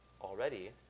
already